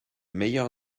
meilleur